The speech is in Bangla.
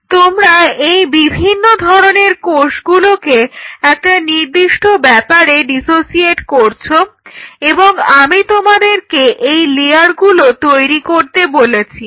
তোমরা এই বিভিন্ন ধরনের কোষগুলোকে একটা নির্দিষ্ট ব্যাপারে ডিসোসিয়েট করেছ এবং আমি তোমাদেরকে এই লেয়ারগুলো তৈরি করতে বলেছি